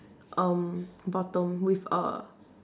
um bottom with a